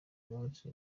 munsi